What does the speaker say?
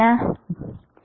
வேறு என்ன